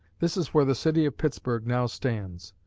this is where the city of pittsburgh now stands.